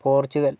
Portugal